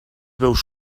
veus